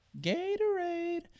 Gatorade